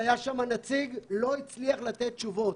היה שם נציג שלא הצליח לתת תשובות.